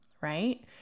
right